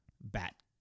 Bat